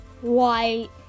White